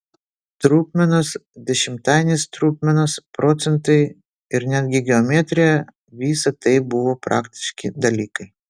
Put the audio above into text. trupmenos dešimtainės trupmenos procentai ir netgi geometrija visa tai buvo praktiški dalykai